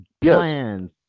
plans